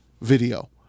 video